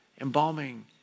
embalming